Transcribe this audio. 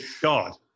God